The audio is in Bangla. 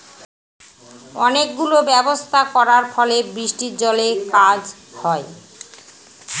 অনেক গুলো ব্যবস্থা করার ফলে বৃষ্টির জলে কাজ হয়